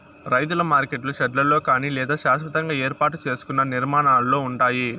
రైతుల మార్కెట్లు షెడ్లలో కానీ లేదా శాస్వతంగా ఏర్పాటు సేసుకున్న నిర్మాణాలలో ఉంటాయి